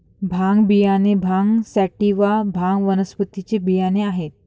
भांग बियाणे भांग सॅटिवा, भांग वनस्पतीचे बियाणे आहेत